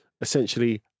essentially